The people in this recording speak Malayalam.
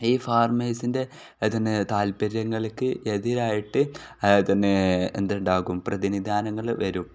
ഈ ഫാർമേഴ്സിൻ്റെ അതു തന്നെ താല്പര്യങ്ങൾക്ക് എതിരായിട്ട് അതു തന്നെ എന്തുണ്ടാകും പ്രതിനിധാനങ്ങൾ വരും